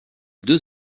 deux